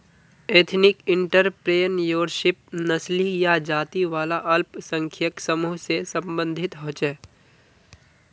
ethnic entrepreneurship नस्ली या जाती वाला अल्पसंख्यक समूह से सम्बंधित होछे